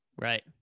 Right